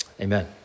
Amen